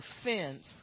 offense